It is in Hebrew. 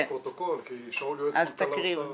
הפרוטוקול כי שאול יועץ מנכ"ל האוצר כותב: